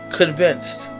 convinced